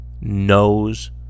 knows